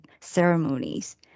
ceremonies